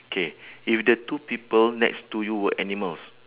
K if the two people next to you were animals